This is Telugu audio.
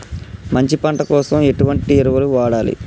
మంచి పంట కోసం ఎటువంటి ఎరువులు వాడాలి?